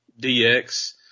DX